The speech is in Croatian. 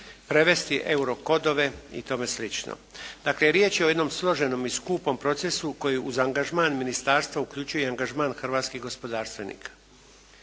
prevesti euro kodove i tome slično. Dakle, riječ je o jednom složenom i skupom procesu koji uz angažman ministarstva uključuje i angažman hrvatskih gospodarstvenika.